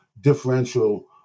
differential